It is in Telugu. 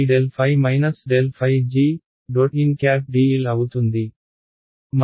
ndl అవుతుంది మరియు ఇక్కడ ఈ V1